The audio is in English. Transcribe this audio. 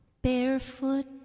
Barefoot